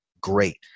great